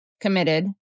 committed